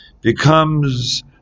becomes